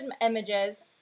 images